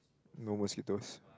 no mosquitoes